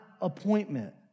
appointment